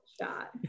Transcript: shot